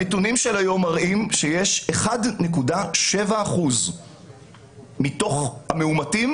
הנתונים של היום מראים ש-1.7 אחוז מתוך המאומתים,